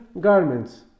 garments